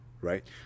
right